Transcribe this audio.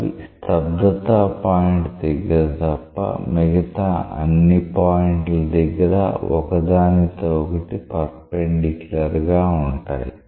అవి స్తబ్దత పాయింట్ దగ్గర తప్ప మిగతా అన్ని పాయింట్ల దగ్గర ఒకదానితో ఒకటి పెర్ఫెన్దిక్యూలర్ గా ఉంటాయి